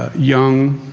ah young,